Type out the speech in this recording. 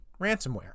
ransomware